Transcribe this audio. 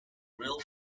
real